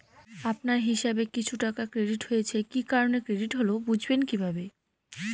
আপনার হিসাব এ কিছু টাকা ক্রেডিট হয়েছে কি কারণে ক্রেডিট হল বুঝবেন কিভাবে?